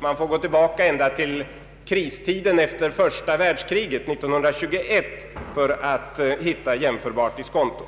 alltså får gå tillbaka ända till kristiden efter första världs Ang. den ekonomiska politiken kriget, 1921, för att finna jämförbart diskonto.